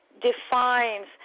defines